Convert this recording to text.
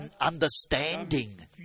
understanding